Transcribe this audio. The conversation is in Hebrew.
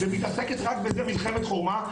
ומתעסקת רק בזה מלחמת חורמה,